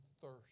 thirst